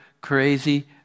crazy